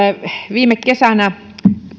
viime kesänä